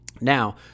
Now